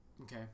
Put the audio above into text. Okay